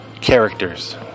characters